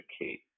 Kate